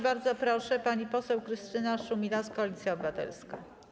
Bardzo proszę, pani poseł Krystyna Szumilas, Koalicja Obywatelska.